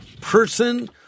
Person